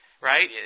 right